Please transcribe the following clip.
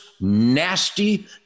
nasty